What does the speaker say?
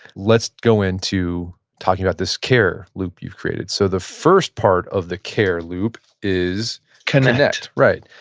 let's go into talking about this care loop you've created. so, the first part of the care loop is connect, right.